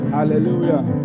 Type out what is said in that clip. Hallelujah